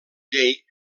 llei